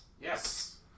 Yes